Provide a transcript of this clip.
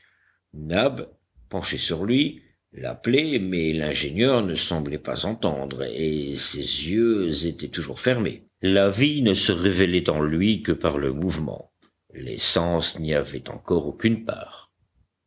nab penché sur lui l'appelait mais l'ingénieur ne semblait pas entendre et ses yeux étaient toujours fermés la vie ne se révélait en lui que par le mouvement les sens n'y avaient encore aucune part